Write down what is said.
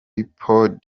ipod